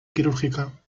quirúrgica